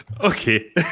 Okay